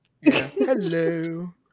hello